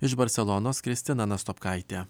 iš barselonos kristina nastopkaitė